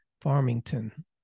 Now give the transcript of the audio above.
Farmington